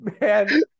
Man